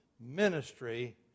ministry